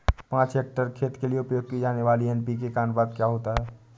पाँच हेक्टेयर खेत के लिए उपयोग की जाने वाली एन.पी.के का अनुपात क्या होता है?